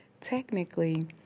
Technically